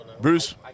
Bruce